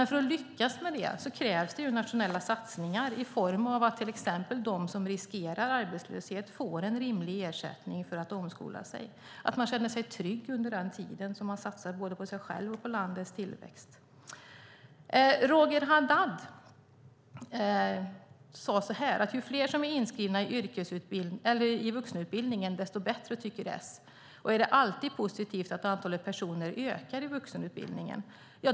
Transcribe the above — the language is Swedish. För att lyckas med det krävs nationella satsningar till exempel genom att de som riskerar att hamna i arbetslöshet får en rimlig ersättning för att omskola sig. Man ska känna sig trygg under den tid man satsar på både sig själv och landets tillväxt. Roger Haddad sade att S tycker att ju fler som är inskrivna i vuxenutbildning desto bättre och frågade om det alltid är positivt att antalet personer i vuxenutbildningen ökar.